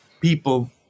people